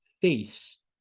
face